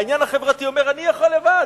העניין החברתי אומר: אני יכול לבד,